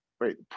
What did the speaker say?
Wait